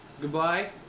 Goodbye